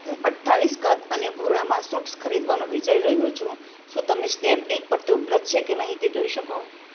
હું અઠ્ઠાવીસ કદ અને ભૂરામાં સુટ્સ ખરીદવાનું વિચારી રહ્યો છું શું તમે સ્નેપડીલ પર તે ઉપલબ્ધ છે કે નહીં તે જોઈ શકો